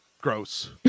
gross